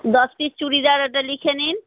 দশ পিস চুড়িদার ওটা লিখে নিন